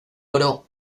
oro